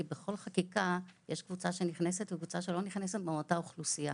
כי בכל חקיקה יש קבוצה שנכנסת וקבוצה שלא נכנסת מאותה אוכלוסייה.